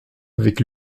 avec